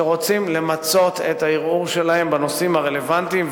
שרוצים למצות את הערעור שלהם בנושאים הרלוונטיים,